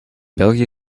belgië